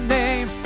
name